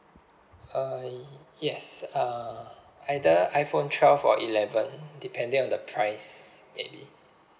uh y~ yes uh either iphone twelve or eleven depending on the price maybe